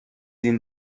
این